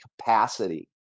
capacity